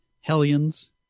Hellions